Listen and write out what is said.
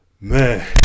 man